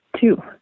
Two